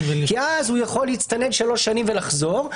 כי אז הוא יכול להצטנן 3 שנים ולחזור,